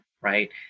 right